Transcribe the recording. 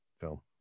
film